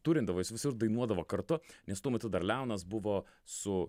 turindavo jis visur dainuodavo kartu nes tuo metu dar leonas buvo su